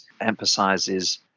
emphasizes